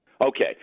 Okay